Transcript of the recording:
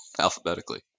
alphabetically